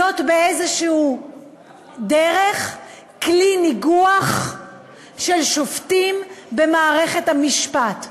יהיה באיזו דרך כלי ניגוח של שופטים במערכת המשפט.